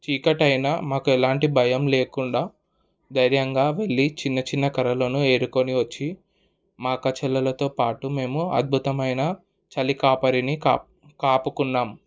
చీకటైన మాకు ఎలాంటి భయం లేకుండా ధైర్యంగా వెళ్ళి చిన్న చిన్న కర్రలను ఏరుకొనొచ్చి మా అక్కాచెల్లిల్లతో పాటు మేము అద్భుతమైన చలి కాపరిని కా కాపుకున్నాం